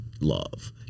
love